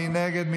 מי נגד?